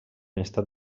estat